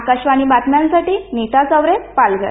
आकाशवाणी बातम्यांसाठी नीता चावरे पालघर